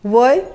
वय